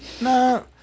No